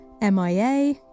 MIA